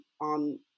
on